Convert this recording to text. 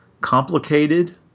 complicated